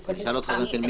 יש השתלהבות של האוהדים.